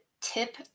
tip